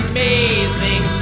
Amazing